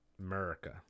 America